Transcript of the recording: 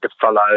follow